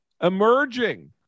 emerging